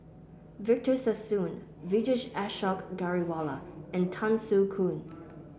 Victor Sassoon Vijesh Ashok Ghariwala and Tan Soo Khoon